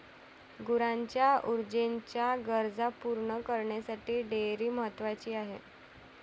गुरांच्या ऊर्जेच्या गरजा पूर्ण करण्यासाठी डेअरी महत्वाची आहे